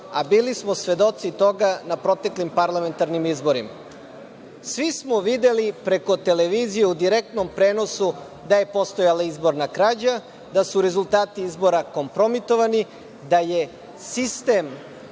a bili smo svedoci toga na proteklim parlamentarnim izborima. Svi smo videli preko televizije, u direktnom prenosu da je postojala izborna krađa, da su rezultati izbora kompromitovani, da je sistem